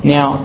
Now